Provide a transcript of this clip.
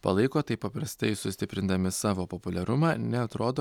palaiko taip paprastai sustiprindami savo populiarumą neatrodo